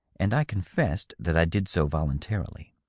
and i confessed that i did so voluntarily.